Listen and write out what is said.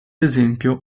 esempio